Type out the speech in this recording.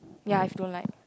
ya if you dont like